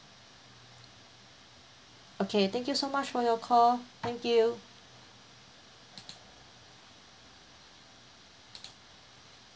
okay thank you so much for your call thank you